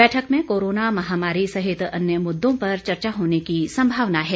बैठक में कोरोना महामारी सहित अन्य मुद्दों पर चर्चा होने की संभावना है